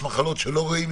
יש מחלות שלא רואים,